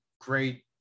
great